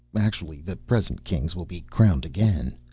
actually, the present kings will be crowned again.